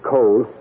Cold